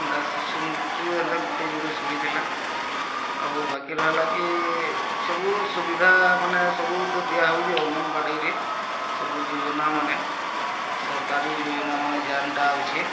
ଏନ୍ତା ଶିଶୁ ମୃତ୍ୟୁ ଏନ୍ତା ଗୁଟେ ଯୋଡ଼େ ଶୁଭିଥିଲା ଆଉ ବାକି ରହିଲା କି ସବୁ ସୁବିଧା ମାନେ ସବୁ ତ ଦିଆ ହେଉଛି ଅଙ୍ଗନବାଡ଼ିରେ ସବୁ ସବୁ ଯୋଜନାମାନେ ସରକାରୀ ଯୋଜନାମାନେ ଜେଣ୍ଟା ଅଛେ